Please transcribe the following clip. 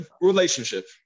relationship